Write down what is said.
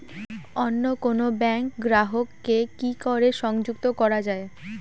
অন্য কোনো ব্যাংক গ্রাহক কে কি করে সংযুক্ত করা য়ায়?